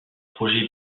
projets